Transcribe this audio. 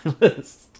list